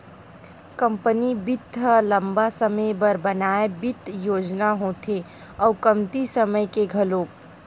company बित्त ह लंबा समे बर बनाए बित्त योजना होथे अउ कमती समे के घलोक